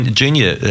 junior